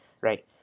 right